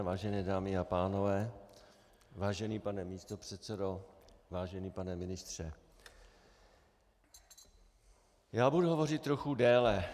Vážené dámy a pánové, vážený pane místopředsedo, vážený pane ministře, já budu hovořit trochu déle.